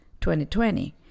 2020